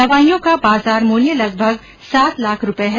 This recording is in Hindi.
दवाईयों का बाजार मूल्य लगभग सात लाख रूपए है